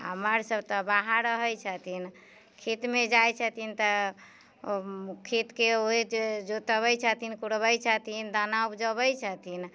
आओर मर्द सभ तऽ बाहर रहै छथिन खेतमे जाइ छथिन तऽ खेतके ओहे जे जोतबै छथिन कोड़बै छथिन दाना उपजोबै छथिन